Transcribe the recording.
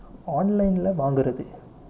online leh வாங்குறது:vaangurathu